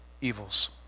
evils